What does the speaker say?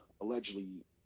Allegedly